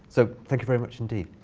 so thank you very much, indeed.